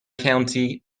county